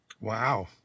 Wow